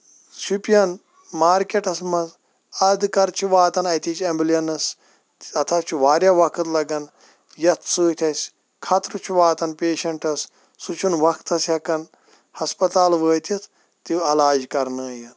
Shopian markets منٛز اَدٕ کر چھِ واتان اَتِچ ایٚمبلینٕس اَتھ حظ چھُ واریاہ وقت لگان یَتھ سۭتۍ اَسہِ خطرٕ چھُ واتان پیشنٹس سُہ چھُ نہٕ وقتس ہیٚکان ہسپَتال وٲتِتھ تہٕ علاج کرنٲوِتھ